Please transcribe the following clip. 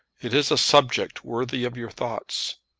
it is a subject worthy of your thoughts.